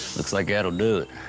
looks like that'll do it.